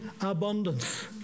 abundance